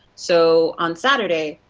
so on saturday,